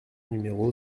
numéro